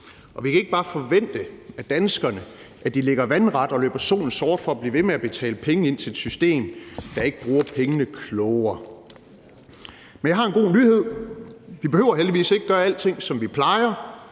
Og vi kan ikke bare forvente af danskerne, at de ligger vandret og løber solen sort for at blive ved med at betale penge ind til et system, der ikke bruger pengene klogere. Men jeg har en god nyhed. Vi behøver heldigvis ikke at gøre alting, som vi plejer.